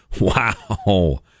Wow